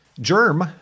Germ